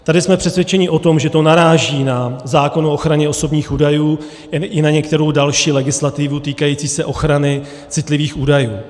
Tady jsme přesvědčeni o tom, že to naráží na zákon o ochraně osobních údajů i na některou další legislativu týkající se ochrany citlivých údajů.